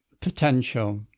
potential